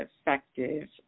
effective